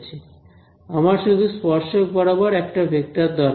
আমার শুধু স্পর্শক বরাবর একটা ভেক্টর দরকার